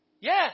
yes